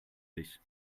dich